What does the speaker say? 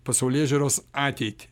pasaulėžiūros ateitį